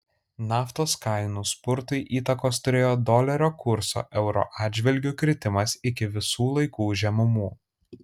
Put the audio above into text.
naftos kainų spurtui įtakos turėjo dolerio kurso euro atžvilgiu kritimas iki visų laikų žemumų